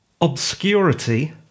obscurity